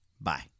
Bye